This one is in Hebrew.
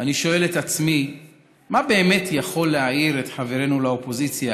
אני שואל את עצמי מה באמת יכול להעיר את חברינו לאופוזיציה